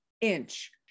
inch